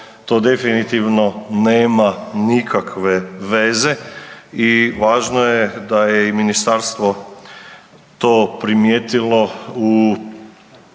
to definitivno nema nikakve veze i važno je da je i ministarstvo to primijetilo u